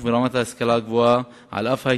חבר הכנסת השר גדעון עזרא.